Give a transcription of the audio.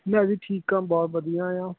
ਮੈਂ ਵੀ ਠੀਕ ਹਾਂ ਬਹੁਤ ਵਧੀਆ ਹਾਂ